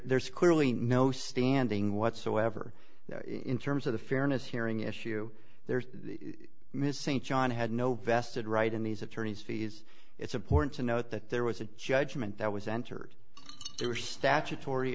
there's clearly no standing whatsoever in terms of the fairness hearing issue there ms st john had no vested right in these attorney's fees it's important to note that there was a judgment that was entered there were statutory